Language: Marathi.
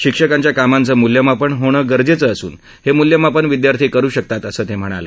शिक्षकांच्या कामांचं मूल्यमापन होणं गरजेचं असून हे मूल्यमापन विद्यार्थी करु शकतात असं त्यांनी सांगितलं